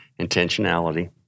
Intentionality